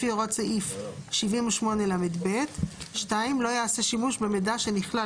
לפי הוראות סעיף 78לב; (2) לא יעשה שימוש במידע שנכלל